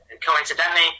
Coincidentally